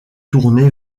tournées